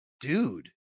dude